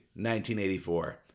1984